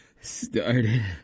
started